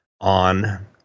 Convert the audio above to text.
on